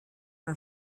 een